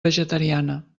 vegetariana